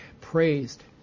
praised